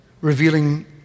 revealing